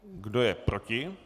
Kdo je proti?